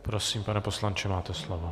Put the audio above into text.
Prosím, pane poslanče, máte slovo.